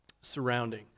surrounding